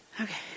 Okay